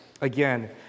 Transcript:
Again